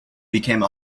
became